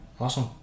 Awesome